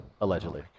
Allegedly